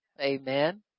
Amen